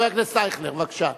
חבר הכנסת אייכלר, בבקשה.